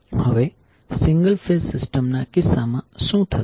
હવે single phase system ના કિસ્સામાં શું થશે